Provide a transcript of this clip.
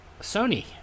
Sony